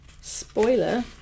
spoiler